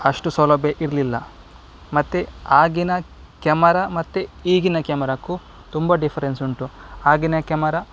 ಅಷ್ಟು ಸೌಲಭ್ಯ ಇರಲಿಲ್ಲ ಮತ್ತೆ ಆಗಿನ ಕೆಮರ ಮತ್ತು ಈಗಿನ ಕೆಮರಕ್ಕು ತುಂಬ ಡಿಫ್ರೆನ್ಸ್ ಉಂಟು ಆಗಿನ ಕ್ಯಮರ